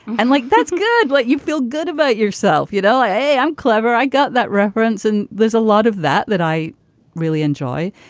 and like, that's good. but you feel good about yourself, you know, hey, i'm clever. i got that reference. and there's a lot of that that i really enjoy.